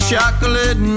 Chocolate